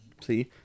See